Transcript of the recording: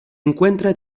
encuentra